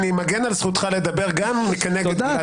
אני מגן על זכותך לדבר גם כנגד גלעד קריב.